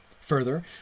Further